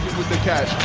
with the catch,